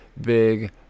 big